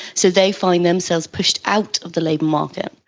so they find themselves pushed out of the labour market.